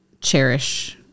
cherish